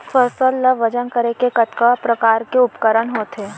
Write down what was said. फसल ला वजन करे के कतका प्रकार के उपकरण होथे?